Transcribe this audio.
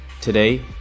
today